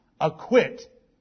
acquit